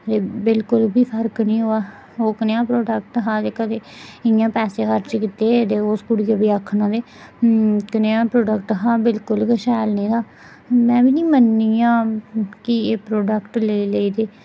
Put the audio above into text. बिल्कुल बी फर्क निं होआ ओह् कनेहा प्रोडक्ट हा जेह्का जे इ'यां पैसे खर्च कीते ते उस कुड़ी बी आखना जे कनेहा प्रोडक्ट हा बिल्कुल गै शैल नेईं हा में बी नेईं मन्ननी आं कि एह् प्रोडकट लेई लेई ते